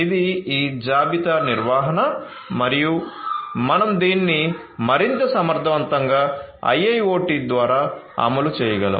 ఇది ఈ జాబితా నిర్వహణ మరియు మనం దీన్ని మరింత సమర్థవంతంగా IIoT ద్వారా అమలు చేయగలం